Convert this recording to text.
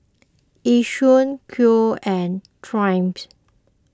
Yishion Koi and Triumph